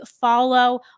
follow